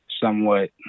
somewhat